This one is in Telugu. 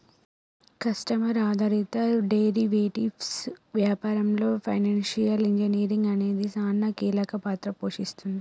కస్టమర్ ఆధారిత డెరివేటివ్స్ వ్యాపారంలో ఫైనాన్షియల్ ఇంజనీరింగ్ అనేది సానా కీలక పాత్ర పోషిస్తుంది